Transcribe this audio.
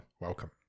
Welcome